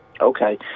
Okay